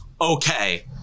okay